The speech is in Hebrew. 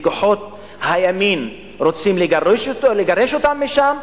וכוחות הימין רוצים לגרש אותם משם,